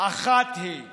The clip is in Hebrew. אחת היא: